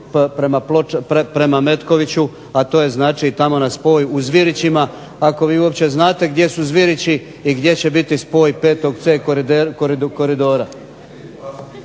prema Metkoviću, a to je znači tamo na spoj u Zvirićima, ako vi uopće znate gdje su Zvirići i gdje će biti spoj VC koridora.